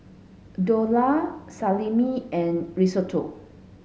Dhokla Salami and Risotto